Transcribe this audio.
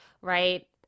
right